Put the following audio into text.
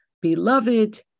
beloved